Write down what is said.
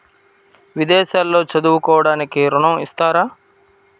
విదేశాల్లో చదువుకోవడానికి ఋణం ఇస్తారా?